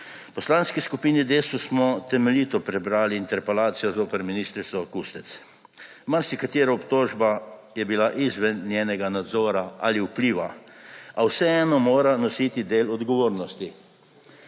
Poslanski skupini Desus smo temeljito prebrali interpelacijo zoper ministrico Kustec. Marsikatera obtožba je bila izven njenega nadzora ali vpliva, a vseeno mora nositi del odgovornosti.